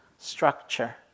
structure